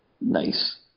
Nice